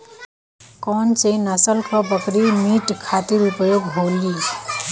कौन से नसल क बकरी मीट खातिर उपयोग होली?